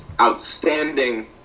outstanding